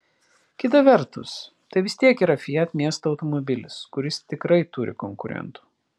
kita vertus tai vis tiek yra fiat miesto automobilis kuris tikrai turi konkurentų